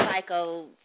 psycho